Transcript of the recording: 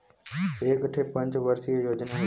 एक ठे पंच वर्षीय योजना हउवे